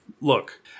look